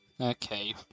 Okay